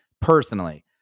personally